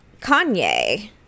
Kanye